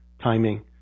timing